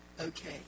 okay